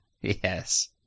Yes